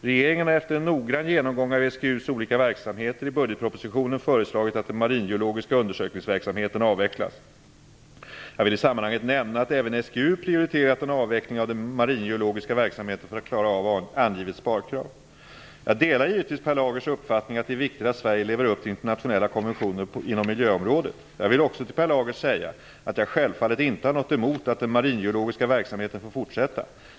Regeringen har efter en noggrann genomgång av SGU:s olika verksamheter i budgetpropositionen förslagit att den maringeologiska undersökningsverksamheten avvecklas. Jag vill i sammanhanget nämna att även SGU prioriterat en avveckling av den maringeologiska verksamheten för att klara av angivet sparkrav. Jag delar givetvis Per Lagers uppfattning att det är viktigt att Sverige lever upp till internationella konventioner inom miljöområdet. Jag vill också till Per Lager säga att jag självfallet inte har något emot att den maringeologiska verksamheten får fortsätta.